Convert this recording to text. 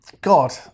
God